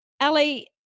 Ali